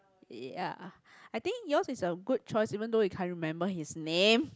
ya I think yours is a good choice even though you can't remember his name